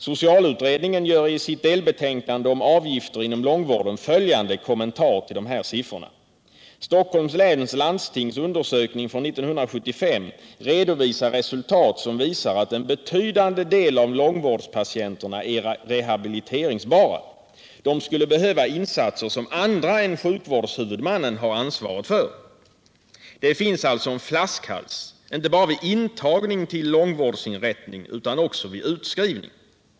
Socialutredningen gör i sitt delbetänkande 3 om avgifter inom långvården följande kommentar till dessa siffror: ”Stockholms läns landstings undersökning från år 1975 redovisar resultat som visar att en betydande del av långvårdspatienterna är rehabiliteringsbara. De skulle behöva insatser som andra än sjukvårdshuvudmannen har ansvaret för.” Det finns alltså en flaskhals inte bara vid intagning till långvårdsinrättning utan också vid utskrivning.